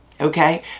okay